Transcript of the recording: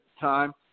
time